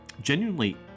genuinely